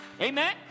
Amen